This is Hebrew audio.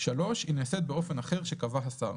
היא נעשית באופן אחר שקבע השר."